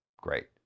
Great